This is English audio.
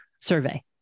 survey